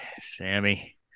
Sammy